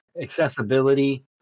accessibility